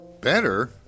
Better